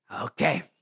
Okay